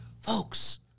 folks